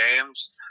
games